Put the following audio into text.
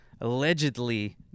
allegedly